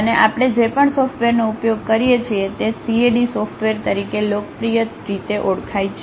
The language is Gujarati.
અને આપણે જે પણ સોફ્ટવેરનો ઉપયોગ કરીએ છીએ તે CAD સોફ્ટવેર તરીકે લોકપ્રિય રીતે ઓળખાય છે